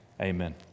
Amen